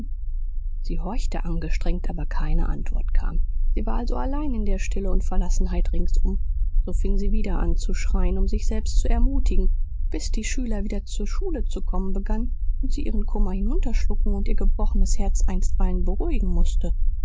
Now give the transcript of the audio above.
sie horchte angestrengt aber keine antwort kam sie war also allein in der stille und verlassenheit ringsum so fing sie wieder an zu schreien um sich selbst zu ermutigen bis die schüler wieder zur schule zu kommen begannen und sie ihren kummer hinunterschlucken und ihr gebrochenes herz einstweilen beruhigen mußte